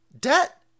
Debt